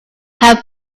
have